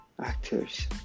Actors